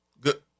Good